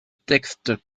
texte